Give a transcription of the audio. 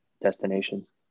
destinations